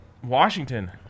washington